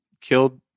killed